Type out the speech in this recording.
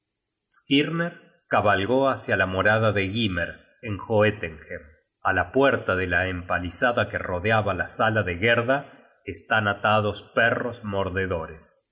skirner cabalgó hácia la morada de gymer en joetenhem a lapnerta de la empalizada que rodeaba la sala de gerda están atados perros mordedores